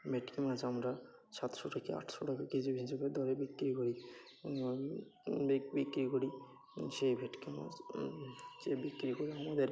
ভেটকি মাছ আমরা সাতশো থেকে আটশো টাকা কেজি হিসেবে দরে বিক্রি করি বিক্রি করি সেই ভেটকি মাছ সে বিক্রি করে আমাদের